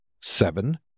seven